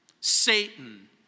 Satan